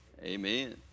Amen